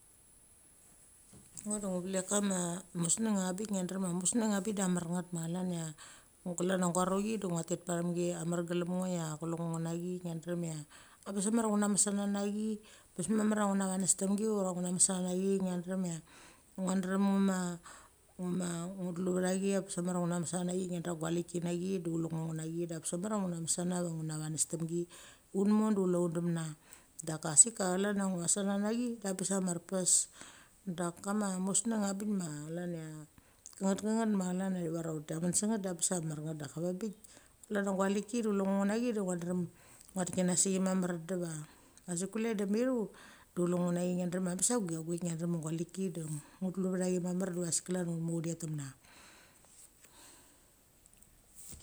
Ngo de ngu velek kama, museng a bik necha drem cha museng a bik de mar nget ma chlan ia ko klan cha gorochi de ngotet pachamgi a margalam de ngotet pachamgi amargalam ngo ia kule ngo unechi ngia drena ia abes mamar ia unecha mes sa nanachi, abes mamar ia una venestamgi ura ngnames sa nane chi, ngia drem ia ngo drem nguma nguma ngu tiueva chi bes mamar ia bes mamar ia mesana nachi ngia drem cha gualeki nachi du chile ngo ngunachil de abes mamar cha ugu na mes sana va nguna vanesstam gi. Ungmo de chule demna. Daka sik ka chlan a ngia sanana chide bes a marpes. Daka ma museng abik ma chlan ia chenet kenet ma chlan a ithur cha undeman che nget de bes a mar nget daka a veng bik klan a gualiki du ngia drem ngia tikina sa chi mamar diva, asek klue da michu de chue ngo ngu nachi ngia drem abes a guachaguaik ngia drem a gualiki de ngu telu va chi mamar va sik klan unmo un det tamna.